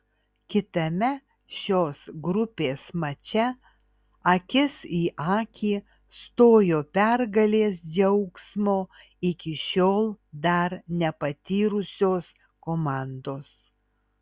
kitame šios grupės mače akis į akį stojo pergalės džiaugsmo iki šiol dar nepatyrusios komandos